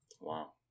Wow